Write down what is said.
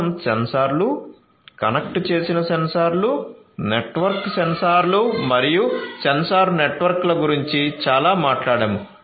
మనం సెన్సార్లు కనెక్ట్ చేసిన సెన్సార్లు నెట్వర్క్డ్ సెన్సార్లు మరియు సెన్సార్ నెట్వర్క్ల గురించి చాలా మాట్లాడాము